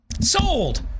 Sold